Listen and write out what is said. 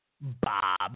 Bob